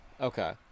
Okay